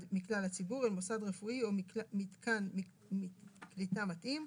מכלל הציבור אל מוסד רפואי או מתקן קליטה מתאים,